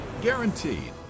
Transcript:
guaranteed